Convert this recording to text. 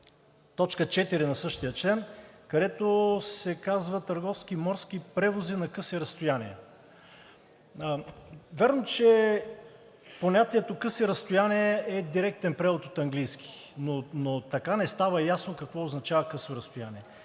т. 4 на същия член, където се казва: „Търговски, морски превози на къси разстояния“. Вярно е, че понятието „къси разстояния“ е директен превод от английски, но така не става ясно какво означава „късо разстояние“.